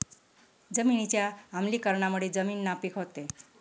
जमिनीच्या आम्लीकरणामुळे जमीन नापीक होते